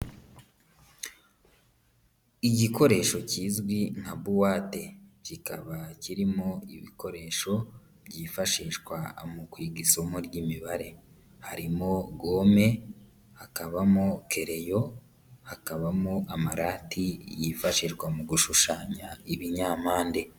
Igikoresho kizwi nka buwate kikaba kirimo ibikoresho byifashishwa mu kwiga isomo ry'imibare, harimo gome, hakabamo kereyo, hakabamo amarati yifashishwa mu gushushanya ibinyampande.